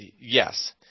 yes